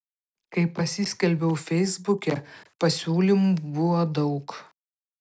kai pasiskelbiau feisbuke pasiūlymų buvo daug